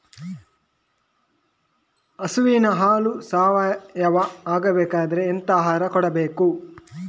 ಹಸುವಿನ ಹಾಲು ಸಾವಯಾವ ಆಗ್ಬೇಕಾದ್ರೆ ಎಂತ ಆಹಾರ ಕೊಡಬೇಕು?